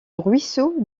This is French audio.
ruisseau